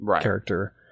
character